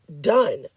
done